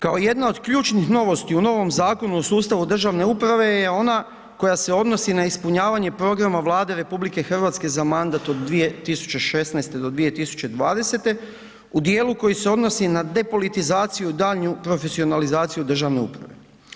Kao jedna od ključnih novosti u novom Zakonu o sustavu državne uprave je ona koja se odnosi na ispunjavanje programa Vlade RH za mandat od 2016. do 2020. u dijelu koji se odnosi na depolitizaciju i daljnju profesionalizaciju državne uprave.